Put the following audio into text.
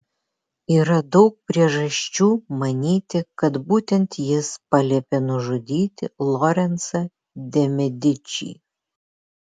yra daug priežasčių manyti kad būtent jis paliepė nužudyti lorencą de medičį